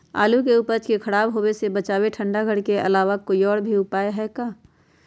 आलू के उपज के खराब होवे से बचाबे ठंडा घर के अलावा कोई और भी उपाय है का?